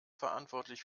verantwortlich